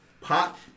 Pot